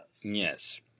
Yes